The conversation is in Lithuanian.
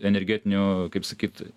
energetinių kaip sakyt